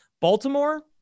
Baltimore